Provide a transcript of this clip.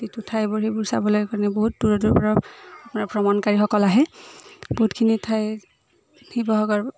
যিটো ঠাইবোৰ সেইবোৰ চাবলৈ কাৰণে বহুত দূৰৰ দূৰৰ পৰা ভ্ৰমণকাৰীসকল আহে বহুতখিনি ঠাই শিৱসাগৰ